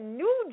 new